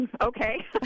Okay